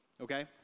okay